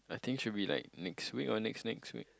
I think should be like next week or next next week